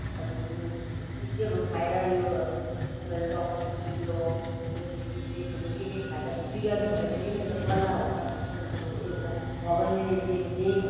अब यो के केहरू खाएर यो अब तपाईँले रक्सी रम के केहरू सिग्रेटहरू के के खाएर बिगार्नु भएन यो एउटा कला हो मान्छेको अब एउटा भगवान्ले दिएको देन हो